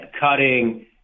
cutting